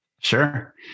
Sure